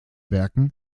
werken